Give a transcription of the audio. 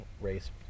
race